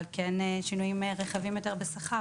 אבל כן שינויים רחבים יותר בשכר,